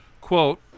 quote